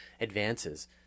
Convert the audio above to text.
advances